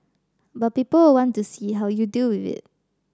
but people will want to see how you deal with it